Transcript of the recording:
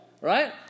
Right